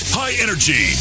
high-energy